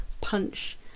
punch